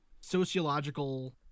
sociological